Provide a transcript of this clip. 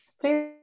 please